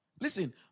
Listen